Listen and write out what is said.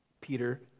Peter